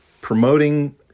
promoting